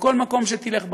בכל מקום שתלך בעולם,